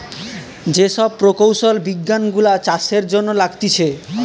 যে সব প্রকৌশলী বিজ্ঞান গুলা চাষের জন্য লাগতিছে